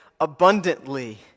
abundantly